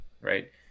Right